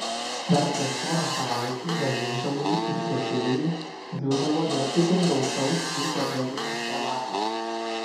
dar prieš porą savaičių gamintojai ir prekeiviai džiūgavo dėl itin gausaus jų pardavimo šią vasarą